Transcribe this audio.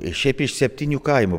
šiaip iš septynių kaimų